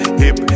hip